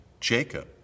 Jacob